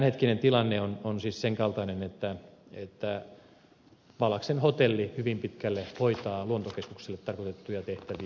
tämänhetkinen tilanne on siis sen kaltainen että pallaksen hotelli hyvin pitkälle hoitaa luontokeskuksille tarkoitettuja tehtäviä